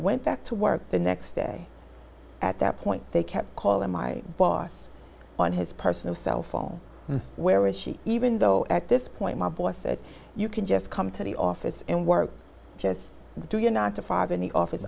went back to work the next day at that point they kept calling my boss on his personal cell phone where was she even though at this point my boss said you can just come to the office and work just do you not to five in the office